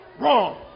Wrong